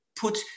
put